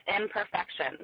Imperfection